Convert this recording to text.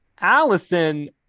Allison